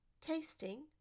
tasting